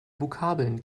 vokabeln